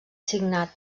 signat